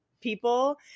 people